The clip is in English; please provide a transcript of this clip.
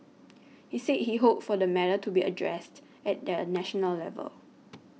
he said he hoped for the matter to be addressed at a national level